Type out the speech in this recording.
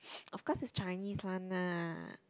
of course is Chinese one lah